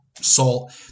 salt